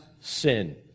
sin